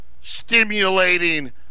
stimulating